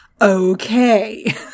Okay